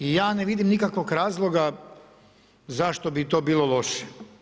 I ja ne vidim nikakvog razloga zašto bi to bilo loše.